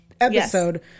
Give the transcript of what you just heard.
episode